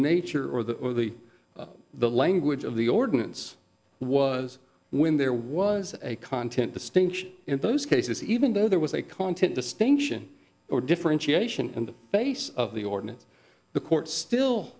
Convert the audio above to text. nature or the the the language of the ordinance was when there was a content distinction in those cases even though there was a content distinction or differentiation in the base of the ordinance the court still